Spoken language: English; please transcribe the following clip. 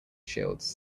shields